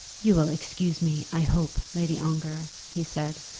you will excuse me, i hope, lady ongar, he said,